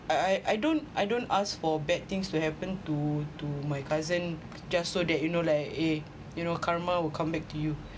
I I I don't I don't ask for bad things to happen to to my cousin just so that you know like eh you know karma will come back to you